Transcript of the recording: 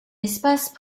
espace